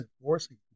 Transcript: enforcing